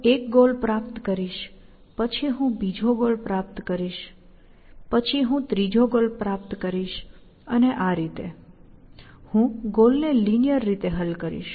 હું એક ગોલ પ્રાપ્ત કરીશ પછી હું બીજો ગોલ પ્રાપ્ત કરીશ પછી હું ત્રીજો ગોલ પ્રાપ્ત કરીશ અને આ રીતે હું ગોલને લિનીઅર રીતે હલ કરીશ